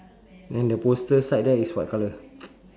then the poster side there is what colour